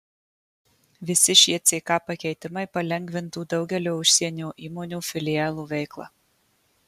visi šie ck pakeitimai palengvintų daugelio užsienio įmonių filialų veiklą